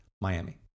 Miami